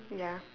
ya